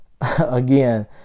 again